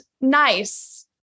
nice